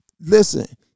Listen